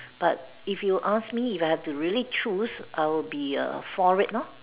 but if you ask me if I have to really choose I would be uh for it lor